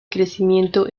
crecimiento